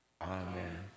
Amen